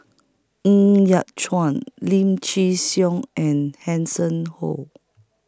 Ng Yat Chuan Lim Chin Siong and Hanson Ho